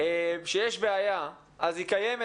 שיש בעיה אז היא קיימת.